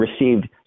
received